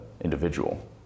individual